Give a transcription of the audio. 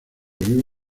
vive